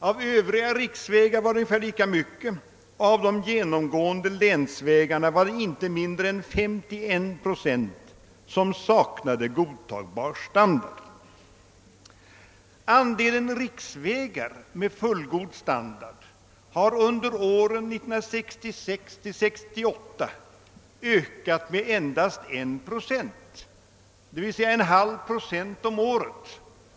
Av Övriga riksvägar hade ungefär lika stor andel ej godtagbar standard, och av de genomgående länsvägarna saknade inte mindre än 51 procent godtagbar standard. Andelen riksvägar med fullgod standard har under åren 1966—1968 ökat med endast 1 procent, d.v.s. !/2 procent om året.